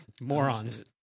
Morons